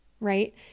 right